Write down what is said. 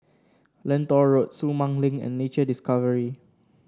Lentor Road Sumang Link and Nature Discovery